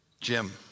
Jim